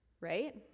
right